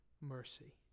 mercy